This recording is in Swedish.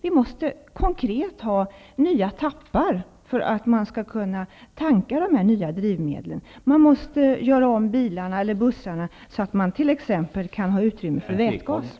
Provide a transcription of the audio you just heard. Vi måste konkret ha nya tappar för att man skall kunna tanka dessa nya drivmedel. Man måste göra om bilarna och bussarna så att de kan ha utrymme för t.ex.